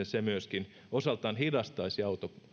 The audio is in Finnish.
se myöskin osaltaan hidastaisi